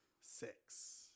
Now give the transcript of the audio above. Six